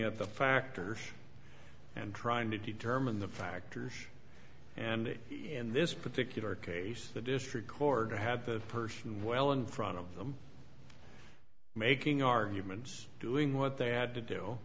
at the factors and trying to determine the factors and in this particular case the district court to have the person well in front of them making arguments doing what they had to do